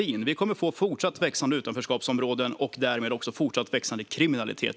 Med den politiken kommer vi även fortsättningsvis att få växande utanförskapsområden, och därmed växande kriminalitet.